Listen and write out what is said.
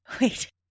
Wait